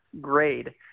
grade